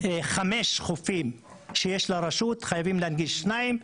חמישה חופים שיש לרשות חייבים להנגיש שניים,